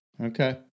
Okay